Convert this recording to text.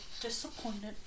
disappointed